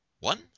one